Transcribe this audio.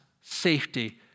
safety